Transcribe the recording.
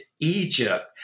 Egypt